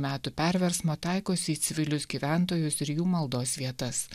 metų perversmo taikosi į civilius gyventojus ir jų maldos vietas